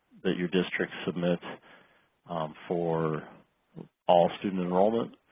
that your districts submit for all student enrollment.